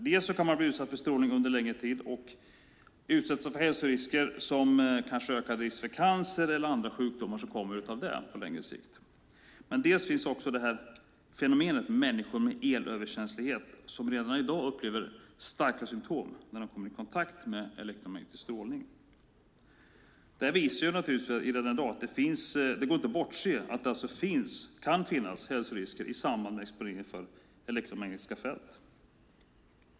Dels kan man bli utsatt för strålning under längre tid och utsättas för hälsorisker som ökad risk för cancer eller andra sjukdomar på längre sikt. Dels finns fenomenet med människor med elöverkänslighet som redan i dag upplever starka symtom när de kommer i kontakt med elektromagnetisk strålning. Detta visar att det inte går att bortse från att det kan finnas hälsorisker i samband med exponering för elektromagnetiska fält.